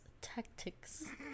Tactics